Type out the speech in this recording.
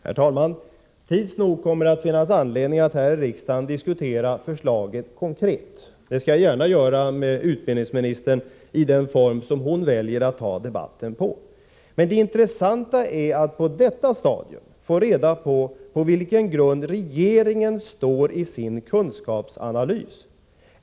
Herr talman! Tids nog kommer det att finnas anledning att här i riksdagen diskutera förslaget konkret. Det skall jag gärna göra med utbildningsministern i den form hon väljer att föra debatten. Men det intressanta är att på detta stadium få reda på vilken grund regeringen står på i sin kunskapsanalys.